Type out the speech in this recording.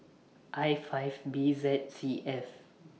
I five B Z C F